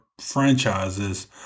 franchises